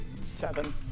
Seven